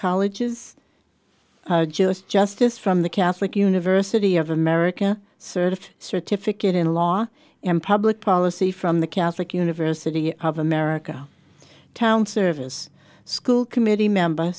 colleges jewish justice from the catholic university of america served certificate in law and public policy from the catholic university of america town service school committee member